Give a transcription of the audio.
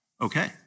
Okay